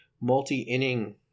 multi-inning